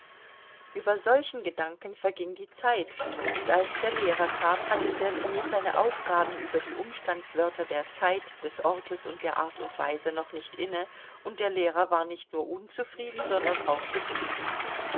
über solchen gedanken verging die zeit und als der lehrer kam hatte sergei seine aufgaben über die umstandswörter der zeit des ortes und der art und weise noch nicht inne und der lehrer war nicht nur unzufrieden sondern auch betrübt